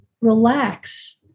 Relax